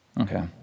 Okay